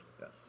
Yes